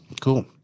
cool